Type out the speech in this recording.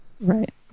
right